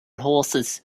horses